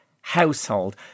household